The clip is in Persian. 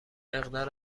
مقدار